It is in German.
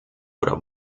oder